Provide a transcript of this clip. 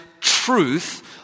truth